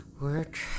Work